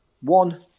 one